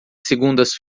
segundas